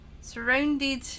Surrounded